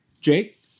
Jake